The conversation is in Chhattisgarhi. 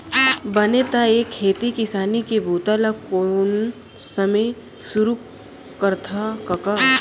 बने त ए खेती किसानी के बूता ल कोन समे सुरू करथा कका?